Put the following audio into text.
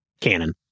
cannon